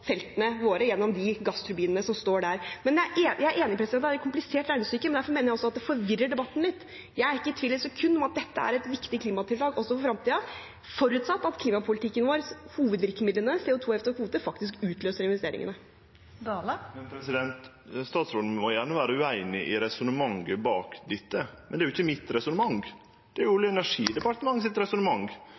feltene våre gjennom de gassturbinene som står der. Jeg er enig i at det er et komplisert regnestykke, men derfor mener jeg også at det forvirrer debatten litt. Jeg er ikke i tvil et sekund om at dette er et viktig klimatiltak også for fremtiden, forutsatt at klimapolitikken vår og hovedvirkemidlene, CO 2 -avgift og kvoteplikt, faktisk utløser investeringene. Det åpnes for oppfølgingsspørsmål – først Jon Georg Dale. Statsråden må gjerne vere ueinig i resonnementet bak dette, men det er jo ikkje mitt resonnement, det er Olje- og energidepartementet sitt resonnement.